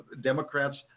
Democrats